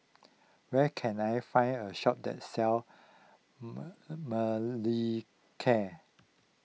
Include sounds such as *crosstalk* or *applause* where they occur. where can I find a shop that sells *unintelligible* Molicare